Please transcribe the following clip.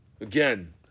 Again